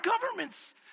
governments